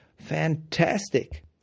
fantastic